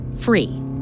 free